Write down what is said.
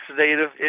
oxidative